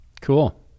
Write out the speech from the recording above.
Cool